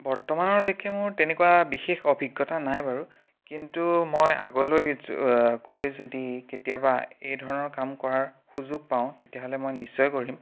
বৰ্তমানলৈকে মোৰ তেনেকুৱা বিশেষ অভিজ্ঞতা নাই বাৰু কিন্তু মই আগলৈ য গৈ যদি কেতিয়াবা এই ধৰণৰ কাম কৰাৰ সুযোগ পাওঁ তেতিয়াহ'লে মই নিশ্চয় কৰিম